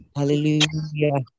Hallelujah